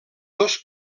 dos